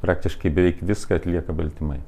praktiškai beveik viską atlieka baltymai